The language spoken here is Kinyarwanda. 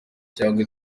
cyangwa